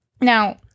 Now